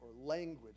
language